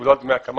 ולא על דמי הקמה.